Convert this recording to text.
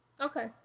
Okay